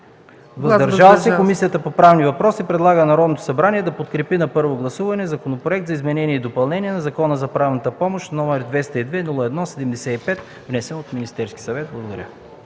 „въздържали се” Комисията по правни въпроси предлага на Народното събрание да подкрепи на първо гласуване Законопроект за изменение и допълнение на Закона за правната помощ, № 202-01-75, внесен от Министерския съвет на